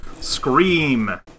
Scream